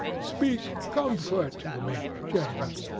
speak comfort to me, jacob!